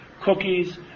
cookies